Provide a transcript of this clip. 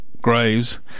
graves